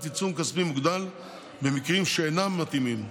עיצום כספי מוגדל במקרים שאינם מתאימים.